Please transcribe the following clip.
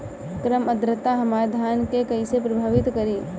कम आद्रता हमार धान के कइसे प्रभावित करी?